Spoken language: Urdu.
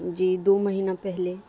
جی دو مہینہ پہلے